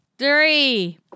Three